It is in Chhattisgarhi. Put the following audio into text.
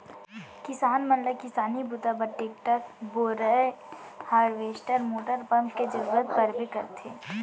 किसान मन ल किसानी बूता बर टेक्टर, बोरए हारवेस्टर मोटर पंप के जरूरत परबे करथे